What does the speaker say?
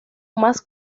más